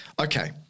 Okay